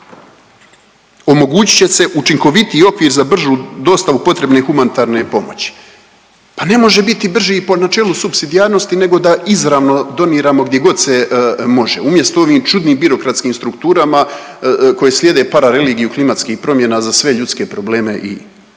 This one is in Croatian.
Omogućit će se učinkovitiji okvir za bržu dostavu potrebne humanitarne pomoći. Pa ne može biti brži po načelu supsidijarnosti nego da izravno doniramo gdje god se može, umjesto ovim čudnim birokratskim strukturama koje slijede parareligiju klimatskih promjena za sve ljudske probleme i